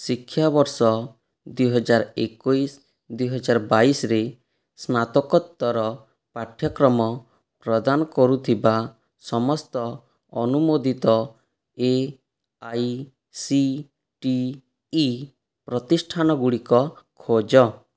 ଶିକ୍ଷାବର୍ଷ ଦୁଇହଜାର ଏକୋଇଶ ଦୁଇହଜାର ବାଇଶରେ ସ୍ନାତକୋତ୍ତର ପାଠ୍ୟକ୍ରମ ପ୍ରଦାନ କରୁଥିବା ସମସ୍ତ ଅନୁମୋଦିତ A I C T E ପ୍ରତିଷ୍ଠାନ ଗୁଡ଼ିକ ଖୋଜ